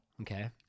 Okay